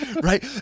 right